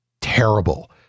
terrible